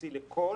מלהוציא לכל